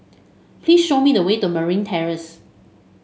please show me the way to Marine Terrace